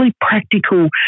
practical